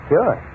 Sure